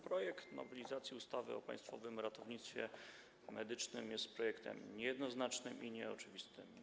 Projekt nowelizacji ustawy o Państwowym Ratownictwie Medycznym jest projektem niejednoznacznym i nieoczywistym.